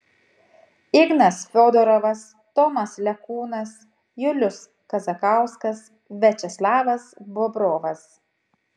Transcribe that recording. ignas fiodorovas tomas lekūnas julius kazakauskas viačeslavas bobrovas